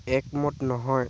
একমত নহয়